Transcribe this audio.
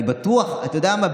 אתה יודע מה,